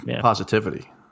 positivity